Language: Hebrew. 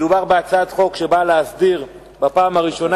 מדובר בהצעת חוק שבאה להסדיר בפעם הראשונה